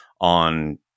on